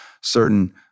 certain